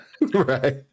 right